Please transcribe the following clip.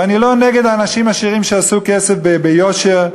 ואני לא נגד אנשים עשירים שעשו כסף ביושר,